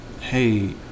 hey